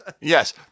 Yes